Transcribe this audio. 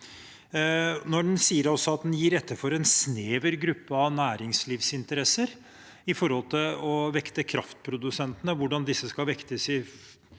Når en også sier at en gir etter for en snever gruppe av næringslivsinteresser med hensyn til å vekte kraftprodusentene – hvordan disse skal vektes i kommende